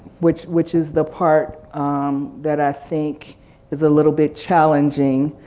which which is the part um that i think is a little bit challenging